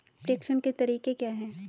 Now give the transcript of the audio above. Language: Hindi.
प्रेषण के तरीके क्या हैं?